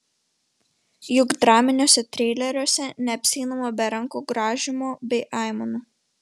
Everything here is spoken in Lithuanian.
juk draminiuose trileriuose neapsieinama be rankų grąžymo bei aimanų